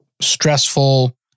stressful